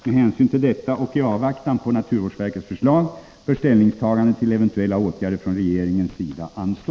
Med hänsyn till detta och i avvaktan på naturvårdsverkets förslag bör ställningstagande till eventuella åtgärder från regeringens sida anstå.